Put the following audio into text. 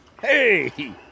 Hey